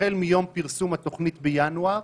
החל מיום פרסום התוכנית בינואר,